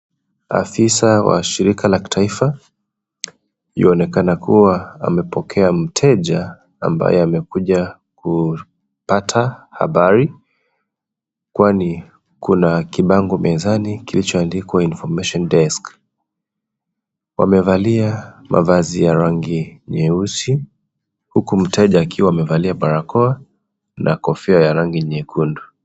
Afisa wa shirika la kitaifa, yuaonekana kuwa amepokea mteja ambaye amekuja kupata habari. Kwani kuna kibango mezani kilichoandikwa information desk . Wamevalia mavazi ya rangi nyeusi, huku mteja akiwa amevalia barakoa, na kofia ya rangi nyekundu.